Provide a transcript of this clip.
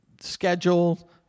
schedule